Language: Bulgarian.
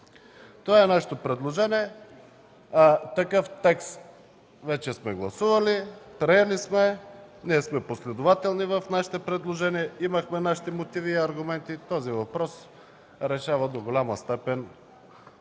Това е нашето предложение. Такъв текст вече сме гласували, приели сме. Ние сме последователни в предложенията си, имахме нашите мотиви и аргументи. Този въпрос решава до голяма степен